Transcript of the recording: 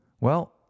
Well